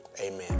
Amen